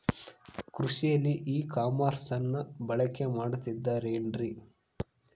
ಕೃಷಿಯಲ್ಲಿ ಇ ಕಾಮರ್ಸನ್ನ ಬಳಕೆ ಮಾಡುತ್ತಿದ್ದಾರೆ ಏನ್ರಿ?